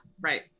right